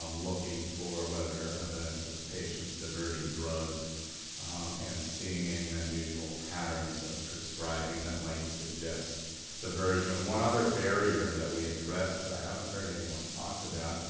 um looking for whether evidence of patients diverting drugs and seeing any unusual patterns of prescribing that might suggest diversion. and one other barrier that we addressed, that i haven't heard anyone talk about,